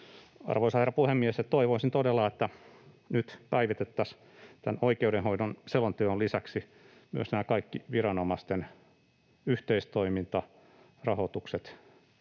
Arvoisa herra puhemies! Toivoisin todella, että nyt päivitettäisiin tämän oikeudenhoidon selonteon lisäksi myös nämä kaikki, viranomaisten yhteistoiminta, rahoitukset